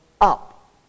up